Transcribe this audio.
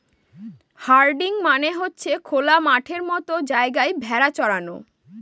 herding মানে হচ্ছে খোলা মাঠের মতো জায়গায় ভেড়া চরানো